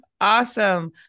Awesome